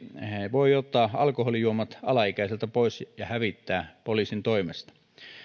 voi ottaa alkoholijuomat alaikäiseltä pois ja hävittää poliisin toimesta